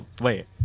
wait